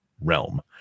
realm